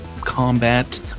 combat